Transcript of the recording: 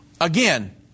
Again